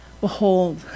behold